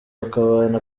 bakabana